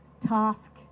task